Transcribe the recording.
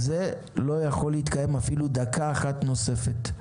זה לא יכול להתקיים אפילו דקה אחת נוספת.